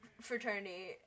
fraternity